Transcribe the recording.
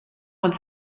uns